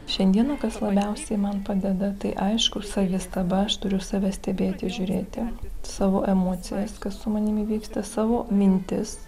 šiandieną kas labiausiai man padeda tai aišku savistaba aš turiu save stebėti žiūrėti savo emocijas kas su manimi vyksta savo mintis